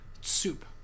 Soup